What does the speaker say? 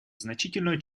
значительную